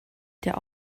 der